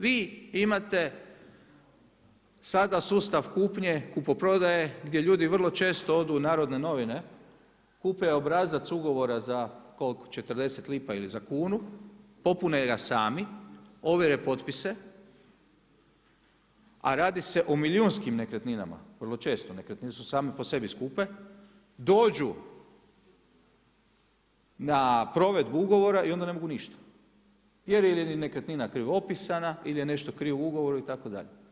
Vi imate sada sustav kupnje, kupoprodaje gdje ljudi vrlo često odu u Narodne novine, kupe obrazac ugovora za koliko, 0,40 kuna ili za kunu, popune ga sami, ovjere potpise a radi se o milijunskim nekretninama, vrlo često, nekretnine su same po sebi skupe, dođu na provedbu ugovora i onda ne mogu ništa jer je ili nekretnina krivo opisana ili je nešto krivo u ugovoru itd.